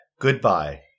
goodbye